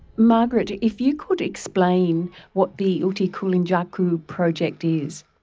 margaret, if you could explain what the uti kulintjaku project is?